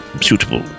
suitable